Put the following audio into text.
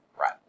Right